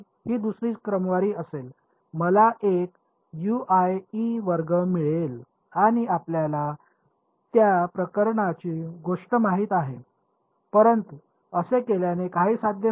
ही दुसरी क्रमवारी असेल मला एक वर्ग मिळेल आणि आपल्याला त्या प्रकारची गोष्ट माहित आहेत परंतु असे केल्याने काही साध्य होत नाही